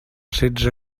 setze